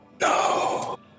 No